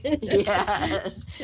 Yes